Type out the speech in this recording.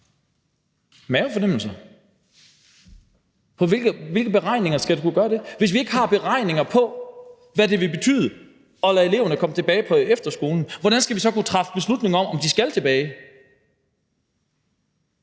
Mavefornemmelser? På baggrund af hvilke beregninger skal man kunne gøre det? Hvis vi ikke har beregninger på, hvad det vil betyde at lade eleverne komme tilbage på efterskolen, hvordan skal vi så kunne træffe beslutning om, om de skal tilbage?